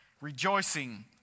Rejoicing